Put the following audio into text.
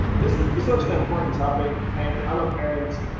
this is such an important topic, hank. i love parents.